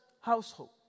household